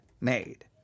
made